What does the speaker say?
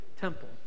temple